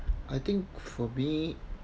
I think for me